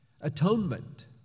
atonement